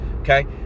okay